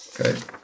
okay